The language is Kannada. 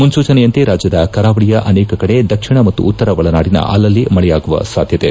ಮುನ್ನೂಚನೆಯಂತೆ ರಾಜ್ಯದ ಕರಾವಳಿಯ ಅನೇಕ ಕಡೆ ದಕ್ಷಿಣ ಮತ್ತು ಉತ್ತರ ಒಳನಾಡಿನ ಅಲ್ಲಲ್ಲಿ ಮಳೆಯಾಗುವ ಸಾಧ್ಯತೆಯಿದೆ